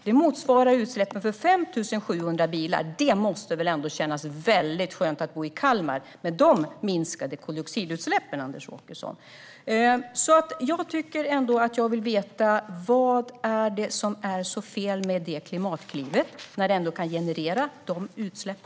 Det motsvarar utsläppen för 5 700 bilar. Det måste kännas väldigt skönt att bo i Kalmar med de minskade koldioxidutsläppen, Anders Åkesson. Jag vill veta vad som är så fel med Klimatklivet när det kan generera mindre utsläpp.